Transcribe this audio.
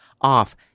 off